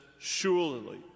surely